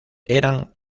eran